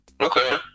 Okay